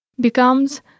becomes